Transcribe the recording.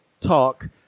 talk